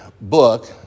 book